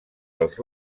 dels